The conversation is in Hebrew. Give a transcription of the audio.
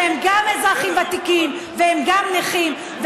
שהם גם אזרחים ותיקים והם גם נכים,